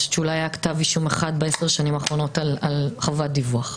אני חושבת שאולי היה כתב אישום אחד ב-10 השנים האחרונות על חובת דיווח.